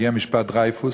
הגיע משפט דרייפוס,